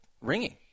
ringing